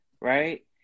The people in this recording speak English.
right